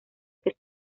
que